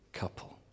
couple